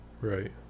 Right